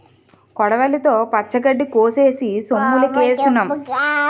కొడవలితో పచ్చగడ్డి కోసేసి సొమ్ములుకేసినాం